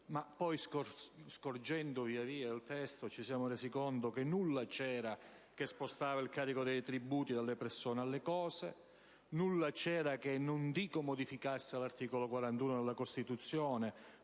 ma poi, scorgendo via via il testo, ci siamo resi conto che nulla c'era che spostava il carico dei tributi dalle persone e alle cose; nulla c'era che non dico modificasse l'articolo 41 della Costituzione,